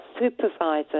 supervisor